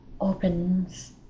opens